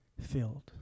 filled